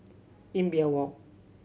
Imbiah Walk